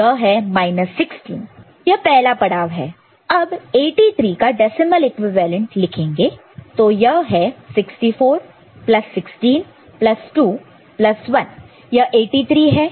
तो यह 16 है यह पहला पड़ाव है अब 83 का डेसिमल इक्विवेलेंट लिखेंगे तो यह है 64 प्लस 16 प्लस 2 प्लस 1 तो यह 83 है